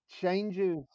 changes